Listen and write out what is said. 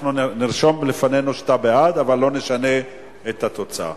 נרשום לפנינו שאתה בעד, אבל לא נשנה את התוצאה.